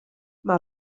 mae